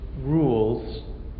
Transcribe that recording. rules